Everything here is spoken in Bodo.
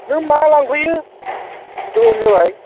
नों माला लांफैयो फैबानो जाबाय